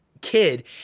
kid